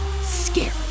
scary